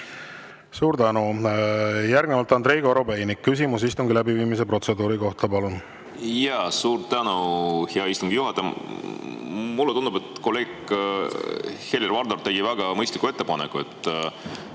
Suur tänu! Järgnevalt Andrei Korobeinik, küsimus istungi läbiviimise protseduuri kohta, palun! Suur tänu, hea istungi juhataja! Mulle tundub, et kolleeg Helir-Valdor tegi väga mõistliku ettepaneku,